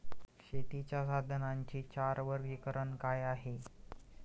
शेतीच्या साधनांचे चार वर्गीकरण काय आहे?